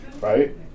Right